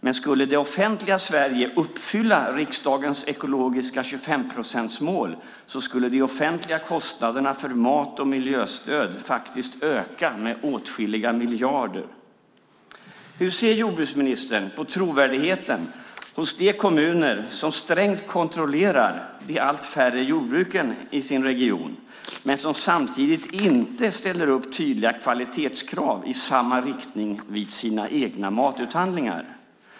Men skulle det offentliga Sverige uppfylla riksdagens mål om 25 procent ekologisk mat skulle de offentliga kostnaderna för mat och miljöstöd öka med åtskilliga miljarder. Hur ser jordbruksministern på trovärdigheten hos de kommuner som strängt kontrollerar de allt färre jordbruken i sin region men som samtidigt inte ställer upp tydliga kvalitetskrav i samma riktning vid sina egna matinköp?